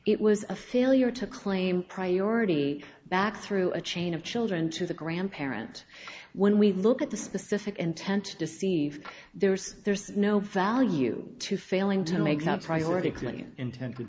it was a failure to claim priority back through a chain of children to the grandparent when we look at the specific intent to deceive there's there's no value to failing to make some priority